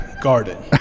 garden